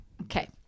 Okay